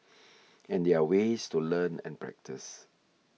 and there ways to learn and practice